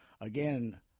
again